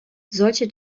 solche